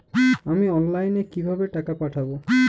আমি অনলাইনে কিভাবে টাকা পাঠাব?